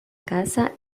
casa